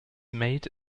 made